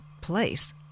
place